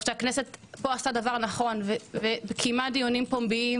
הכנסת עשתה פה דבר נכון וקיימה דיונים פומביים